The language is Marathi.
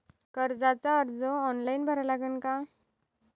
कर्जाचा अर्ज ऑनलाईन भरा लागन का?